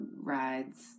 rides